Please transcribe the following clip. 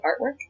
artwork